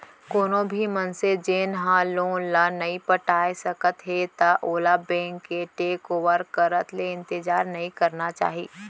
कोनो भी मनसे जेन ह लोन ल नइ पटाए सकत हे त ओला बेंक के टेक ओवर करत ले इंतजार नइ करना चाही